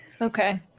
Okay